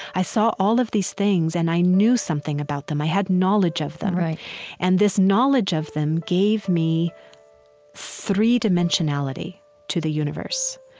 i saw all of these things and i knew something about them. i had knowledge of them and this knowledge of them gave me three-dimensionality to the universe.